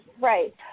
right